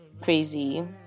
crazy